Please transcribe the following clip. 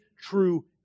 true